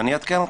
אני אעדכן אותך.